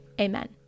Amen